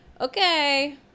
Okay